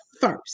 first